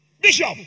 Bishop